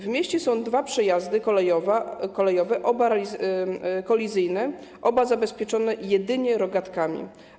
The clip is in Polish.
W mieście są dwa przejazdy kolejowe, oba kolizyjne, oba zabezpieczone jedynie rogatkami.